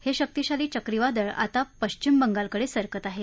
हे शक्तीशाली चक्रीवादळ आता पश्चिम बंगालकडे सरकत आहे